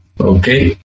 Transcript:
Okay